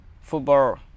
football